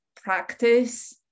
practice